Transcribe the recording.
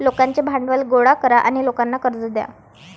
लोकांचे भांडवल गोळा करा आणि लोकांना कर्ज द्या